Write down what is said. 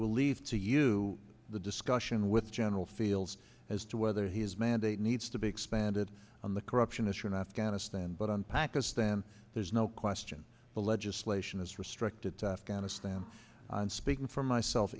will leave to you the discussion with general feels as to whether his mandate needs to be expanded on the corruption issue in afghanistan but on pakistan there's no question the legislation is restricted to afghanistan and speaking for myself